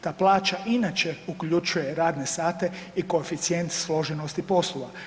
Ta plaća i inače uključuje radne sate i koeficijent složenosti poslova.